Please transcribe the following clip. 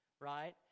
right